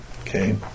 okay